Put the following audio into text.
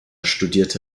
studierte